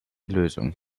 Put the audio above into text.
lösung